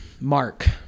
mark